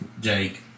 Jake